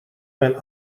men